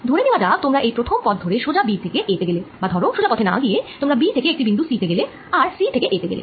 ধরে নেওয়া যাক তোমরা এই প্রথম পথ ধরে সোজা b থেকে a তে গেলে বা ধরো সোজা পথে না গিয়ে তোমরা b থেকে একটি অন্য বিন্দু c তে গেলে আর c থেকে a তে গেলে